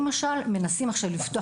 מנסים עכשיו לפתוח,